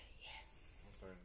Yes